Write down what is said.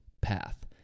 path